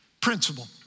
principle